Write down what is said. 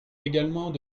également